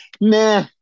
nah